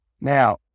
Now